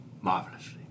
marvelously